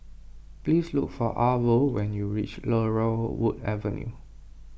please look for Arvo when you reach Laurel Wood Avenue